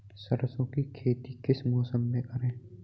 सरसों की खेती किस मौसम में करें?